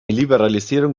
liberalisierung